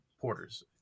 porters